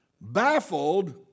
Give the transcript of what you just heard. baffled